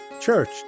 church